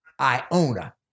Iona